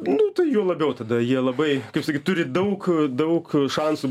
nu tai juo labiau tada jie labai kaip sakyt turi daug daug šansų